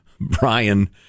Brian